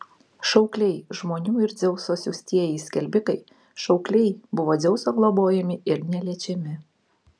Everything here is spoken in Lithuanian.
šaukliai žmonių ir dzeuso siųstieji skelbikai šaukliai buvo dzeuso globojami ir neliečiami